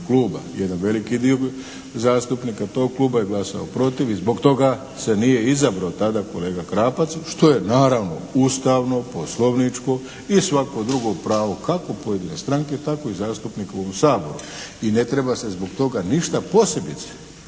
Jedan veliki dio zastupnika tog Kluba je glasao protiv i zbog toga se nije izabrao tada kolega Krapac što je naravno ustavno, poslovničko i svako drugo pravo kako pojedine stranke tako i zastupnika u ovom Saboru. I ne treba se zbog toga ništa posebice